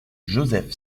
joseph